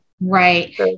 right